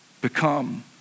become